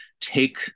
take